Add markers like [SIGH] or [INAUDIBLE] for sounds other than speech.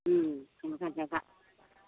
তেনেকুৱা জেগা [UNINTELLIGIBLE]